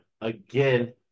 again